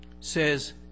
says